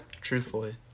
truthfully